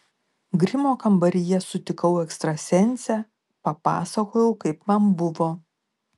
grimo kambaryje sutikau ekstrasensę papasakojau kaip man buvo